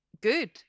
good